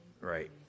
Right